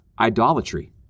idolatry